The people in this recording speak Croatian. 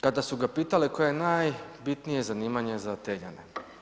kada su ga pitali koje je najbitnije zanimanje za Atenjane.